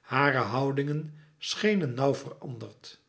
hare houdingen schenen nauw veranderd